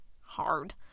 Hard